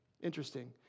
Interesting